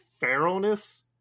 feralness